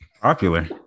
popular